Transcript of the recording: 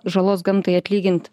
žalos gamtai atlygint